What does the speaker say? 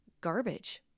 garbage